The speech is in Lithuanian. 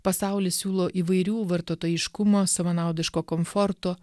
pasaulis siūlo įvairių vartotojiškumo savanaudiško komforto